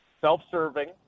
self-serving